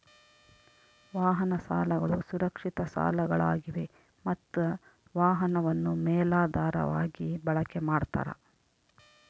ವಾಹನ ಸಾಲಗಳು ಸುರಕ್ಷಿತ ಸಾಲಗಳಾಗಿವೆ ಮತ್ತ ವಾಹನವನ್ನು ಮೇಲಾಧಾರವಾಗಿ ಬಳಕೆ ಮಾಡ್ತಾರ